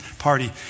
party